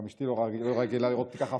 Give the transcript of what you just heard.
גם אשתי לא רק רגילה לראות אותי כך,